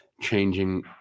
changing